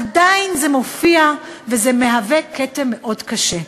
ועדיין זה מופיע, וזה כתם מאוד קשה.